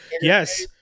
yes